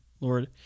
Lord